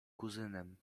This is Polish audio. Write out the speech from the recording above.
kuzynem